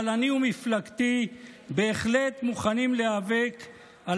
אבל אני ומפלגתי בהחלט מוכנים להיאבק על